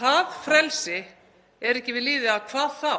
það frelsi er ekki við lýði, hvað þá?